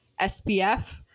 SPF